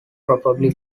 probably